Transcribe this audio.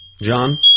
John